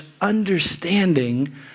understanding